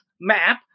map